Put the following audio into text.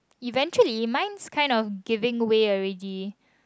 eventually mine's kind of giving way already